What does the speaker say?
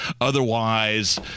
Otherwise